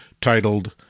titled